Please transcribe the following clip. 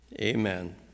amen